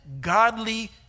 godly